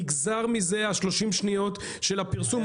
נגזר מזה 30 השניות של הפרסום.